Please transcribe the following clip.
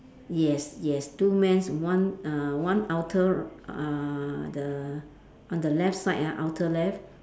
yes yes two man one uh one outer uh the on the left side ah outer left